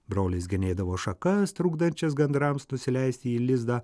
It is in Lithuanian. brolis genėdavo šakas trukdančias gandrams nusileisti į lizdą